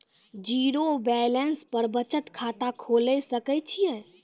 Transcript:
Zero balance पर बचत खाता खोले सकय छियै?